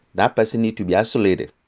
that person need to be isolated.